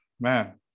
Man